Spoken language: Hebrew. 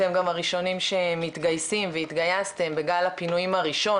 אתם גם הראשונים שמתגייסים והתגייסתם בגל הפינויים הראשון,